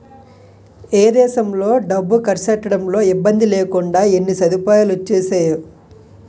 ఏ దేశంలో డబ్బు కర్సెట్టడంలో ఇబ్బందిలేకుండా ఎన్ని సదుపాయాలొచ్చేసేయో